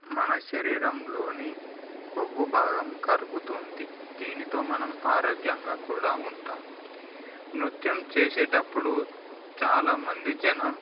మన శరీరంలోని కొవ్వు భాగం కరుగుతుంది దీనితో మనం ఆరోగ్యంగా కూడా ఉంటాం నృత్యం చేసేటప్పుడు చాలా మంది జనం